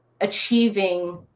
achieving